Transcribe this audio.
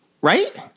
Right